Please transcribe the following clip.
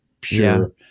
pure